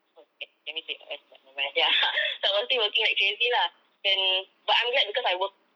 oh okay let me see what ass but nevermind ya so I was still working like crazy lah then but I'm glad because I worked